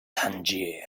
tangier